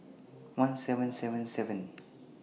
one seven seven seven